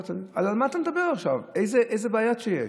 על מה אתה מדבר עכשיו, אילו בעיות יש?